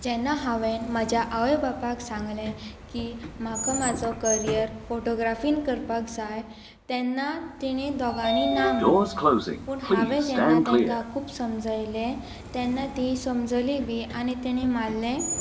जेन्ना हांवें म्हज्या आवय बापायक सांगलें की म्हाका म्हाजो करियर फोटोग्राफीन करपाक जाय तेन्ना तेणी दोगांनी ना म्हणलें पूण हांवें जेन्ना तांकां खूब समजयलें तेन्ना ती समजली बी आनी तेणी मारलें